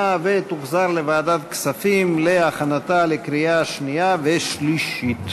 ותוחזר לוועדת הכספים להכנתה לקריאה שנייה ושלישית.